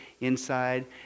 Inside